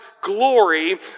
glory